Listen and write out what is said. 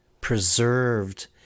preserved